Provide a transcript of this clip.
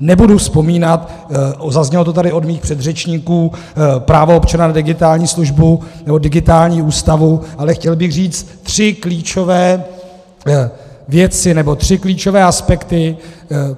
Nebudu vzpomínat, zaznělo to tady od mých předřečníků, právo občana na digitální službu nebo digitální ústavu, ale chtěl bych říct tři klíčové věci, nebo aspekty,